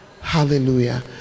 hallelujah